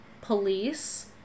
police